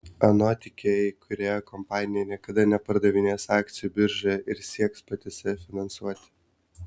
anot ikea įkūrėjo kompanija niekada nepardavinės akcijų biržoje ir sieks pati save finansuoti